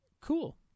Cool